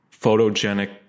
photogenic